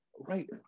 Right